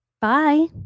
Bye